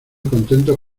contentos